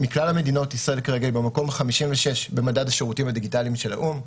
מכלל המדינות ישראל כרגע במקום ה-56 במדד השירותים הדיגיטליים של האו"ם,